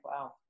wow